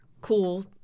cool